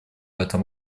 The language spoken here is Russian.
этом